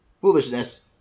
foolishness